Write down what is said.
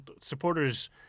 Supporters